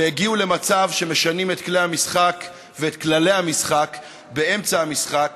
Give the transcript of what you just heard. והגיעו למצב שמשנים את כלי המשחק ואת כללי המשחק באמצע המשחק,